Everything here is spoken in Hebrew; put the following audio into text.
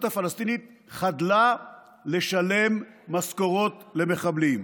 הפלסטינית חדלה לשלם משכורות למחבלים.